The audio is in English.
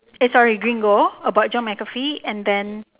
eh sorry gringo about john McAfee and then